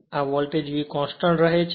આ voltage V constant રહે છે